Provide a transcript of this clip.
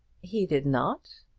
he did not?